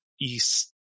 East